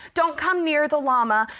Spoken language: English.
don't come near the llama,